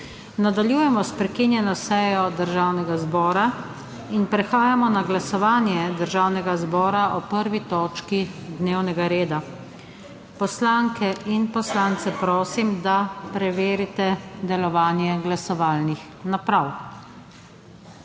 Nadaljujemo s prekinjeno sejo Državnega zbora. In prehajamo na glasovanje Državnega zbora o 1. točki dnevnega reda. Poslanke in poslance prosim, da preverite delovanje glasovalnih naprav.